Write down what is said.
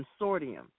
consortium